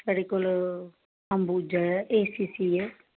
साढ़े कोल अम्बूजा ऐ ए सी सी ऐ